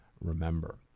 remember